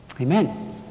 Amen